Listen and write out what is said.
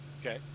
Okay